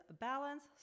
balance